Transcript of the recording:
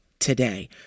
Today